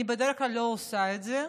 אני בדרך כלל לא עושה את זה,